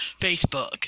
Facebook